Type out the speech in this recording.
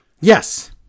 Yes